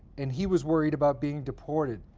and he was worried about being deported.